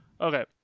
Okay